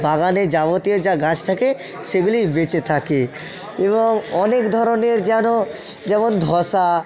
বাগানে যাবতীয় যা গাছ থাকে সেগুলি বেঁচে থাকে এবং অনেক ধরনের যেন যেমন ধসা